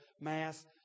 mass